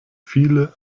viele